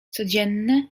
codzienne